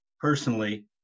personally